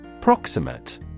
Proximate